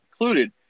included